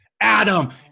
Adam